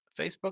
Facebook